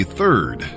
third